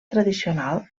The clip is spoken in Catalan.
tradicional